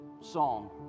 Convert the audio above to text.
song